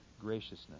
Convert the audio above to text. graciousness